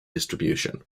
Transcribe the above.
distribution